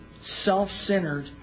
self-centered